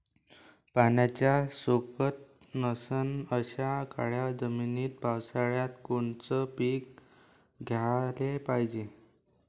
पाण्याचा सोकत नसन अशा काळ्या जमिनीत पावसाळ्यात कोनचं पीक घ्याले पायजे?